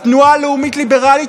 התנועה הלאומית הליברלית,